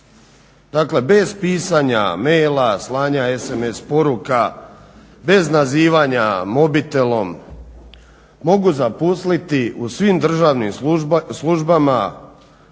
dakle bez pisanja e-maila, slanja sms poruka, bez nazivanja mobitelom mogu zaposliti u svim državnim službama,